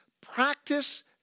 practice